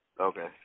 Okay